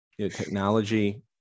technology